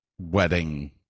wedding